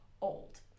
old